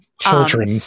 Children